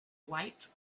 white